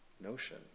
notion